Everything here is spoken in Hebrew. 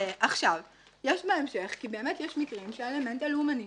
באמת יש מקרים שהאלמנט הלאומני